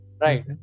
Right